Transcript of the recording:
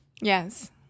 Yes